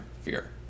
fear